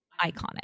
iconic